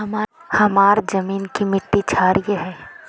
हमार जमीन की मिट्टी क्षारीय है?